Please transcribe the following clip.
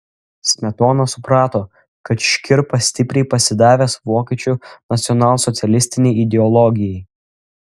smetona suprato kad škirpa stipriai pasidavęs vokiečių nacionalsocialistinei ideologijai